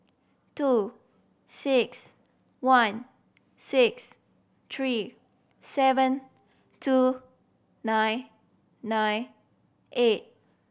two six one six three seven two nine nine eight